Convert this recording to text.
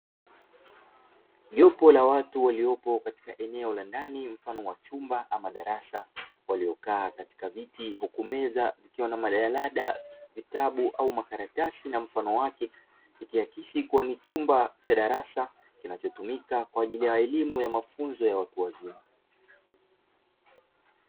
Jopo la watu waliopo katika eneo la ndani mfano wa chumba ama darasa waliokaa katika viti huku meza zikiwa na majarada, vitabu ama makaratasi na mfano wake ikiakisi kuwa ni chumba cha darasa kinachotumika kwa ajili ya elimu ya mafunzo ya watu wazima.